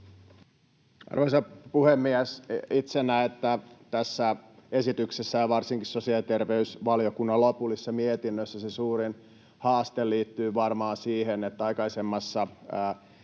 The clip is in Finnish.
Arvoisa puhemies! Itse näen, että tässä esityksessä ja varsinkin sosiaali- ja terveysvaliokunnan lopullisessa mietinnössä se suurin haaste liittyy varmaan siihen, että aikaisemmassa